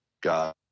God